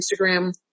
Instagram